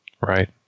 right